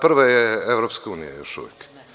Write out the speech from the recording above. Prva je EU još uvek.